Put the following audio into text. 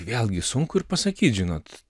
vėlgi sunku ir pasakyt žinot